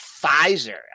Pfizer